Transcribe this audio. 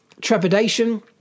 trepidation